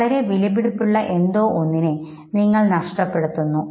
വളരെ വിലപിടിപ്പുള്ള എന്തോ ഒന്നിനെ നിങ്ങൾ നഷ്ടപ്പെടുത്തുന്നു